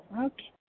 Okay